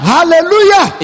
Hallelujah